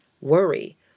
worry